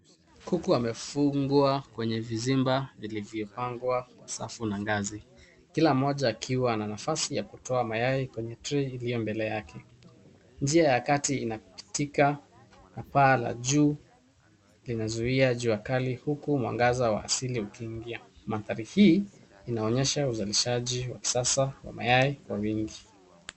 Kuku amefungwa kwenye vizimba vilivyopangwa kwa safu na ngazi, kila mmoja akiwa ana nafasi ya kutoa mayai kwenye treyi iliyo mbele yake. Njia ya kati inapitika, paa la juu linazuia juakali huku mwangaza wa asili ukiingia. Manthari hii ,inaonyesha uzalishaji wa kisasa wa mayai kwa wingi.